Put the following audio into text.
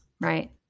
Right